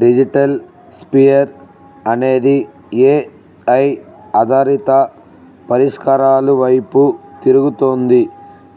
digital sphere అనేది A I ఆధారిత పరిష్కారాలు వైపు తిరుగుతోంది